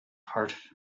heart